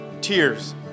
tears